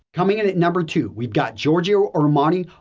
coming in at number two, we've got giorgio armani,